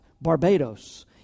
Barbados